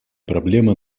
проблемы